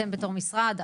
אתם בתור משרד,